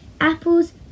apples